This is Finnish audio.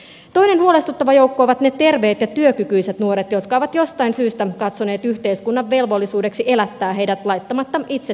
toinen huolestuttava joukko ovat ne terveet ja työkykyiset nuoret jotka ovat jostain syystä katsoneet yhteiskunnan velvollisuudeksi elättää heidät laittamatta itse tikkua ristiin